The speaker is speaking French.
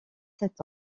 sept